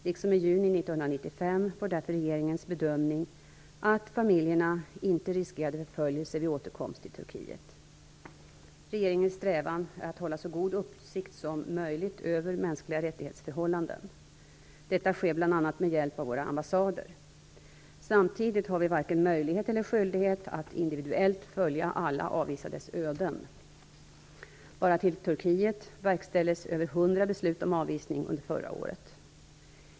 Liksom i juni 1995 var därför regeringens bedömning att familjerna inte riskerade förföljelse vid återkomst till Turkiet. Regeringens strävan är att hålla så god uppsikt som möjligt över mänskliga-rättighets-förhållanden. Detta sker bl.a. med hjälp av våra ambassader. Samtidigt har vi varken möjlighet eller skyldighet att individuellt följa alla avvisades öden. Bara till Turkiet verkställdes över 100 beslut om avvisning under föra året.